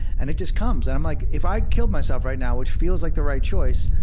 and it just comes. and i'm like, if i killed myself right now, which feels like the right choice,